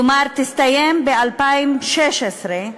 כלומר היא תסתיים ב-2016,